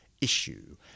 issue